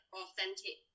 authentic